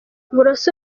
uburoso